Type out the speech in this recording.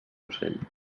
ocell